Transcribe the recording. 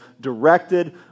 directed